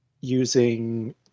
using